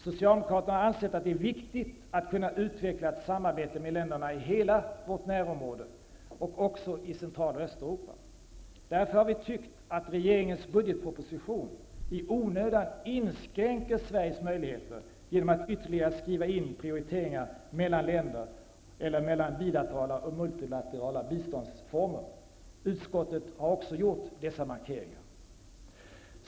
Socialdemokraterna har ansett att det är viktigt att kunna utveckla ett samarbete med länderna i hela vårt närområde och också i Centraloch Östeuropa. Därför har vi tyckt att regeringens budgetproposition i onödan inskränker Sveriges möjligheter genom att ytterligare skriva in prioriteringar mellan länder eller mellan bilaterala eller multilaterala biståndsformer. Utskottet har också gjort dessa markeringar.